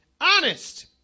honest